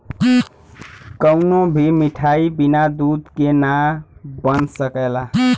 कवनो भी मिठाई बिना दूध के ना बन सकला